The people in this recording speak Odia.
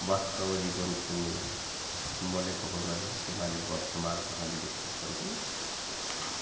ବାସ୍ତବ ଜୀବନକୁ ମନେ ପକାଉନାହାନ୍ତି ସେମାନେ ବର୍ତ୍ତମାନକୁ ଖାଲି ଦେଖୁଛନ୍ତି